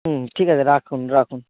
হুম ঠিক আছে রাখুন রাখুন